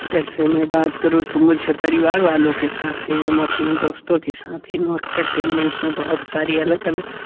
अगर से मैं बात करूँ तो मुझे परिवार वालों के साथ एवम अपने दोस्तों के साथ एनोटटेनमेंट में बहुत सारी अलग अलग